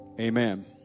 Amen